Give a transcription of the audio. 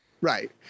right